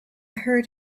heard